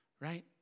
right